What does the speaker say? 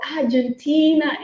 Argentina